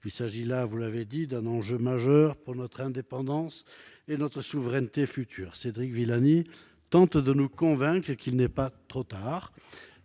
Il s'agit, vous l'avez dit, d'un enjeu majeur pour notre indépendance et notre souveraineté futures. Cédric Villani tente de nous convaincre qu'il n'est pas trop tard